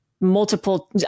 multiple